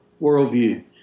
worldview